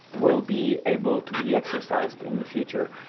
will be able to be exercised in the future.